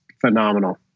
phenomenal